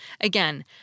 Again